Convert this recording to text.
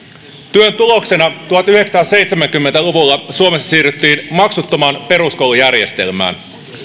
työn tuloksena tuhatyhdeksänsataaseitsemänkymmentä luvulla suomessa siirryttiin maksuttomaan peruskoulujärjestelmään